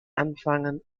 anfangen